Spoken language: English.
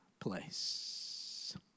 place